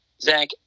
Zach